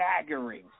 staggering